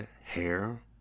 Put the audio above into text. hair